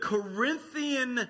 Corinthian